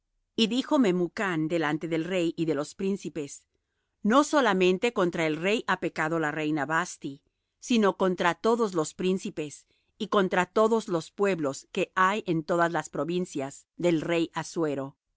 y dijo memucán delante del rey y de los príncipes no solamente contra el rey ha pecado la reina vasthi sino contra todos los príncipes y contra todos los pueblos que hay en todas las provincias del rey assuero